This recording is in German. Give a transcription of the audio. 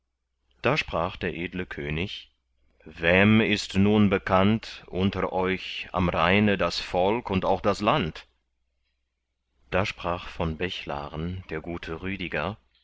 da sprach der edle könig wem ist nun bekannt unter euch am rheine das volk und auch das land da sprach von bechlaren der gute rüdiger